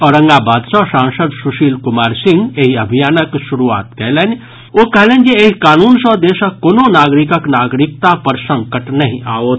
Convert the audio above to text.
औरंगाबाद सॅ सांसद सुशील कुमार सिंह एहि अभियानक शुरूआत करैत कहलनि जे एहि कानून सॅ देशक कोनो नागरिकक नागरिकता पर संकट नहि आओत